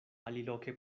aliloke